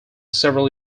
several